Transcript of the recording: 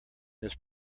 this